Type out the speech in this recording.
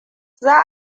za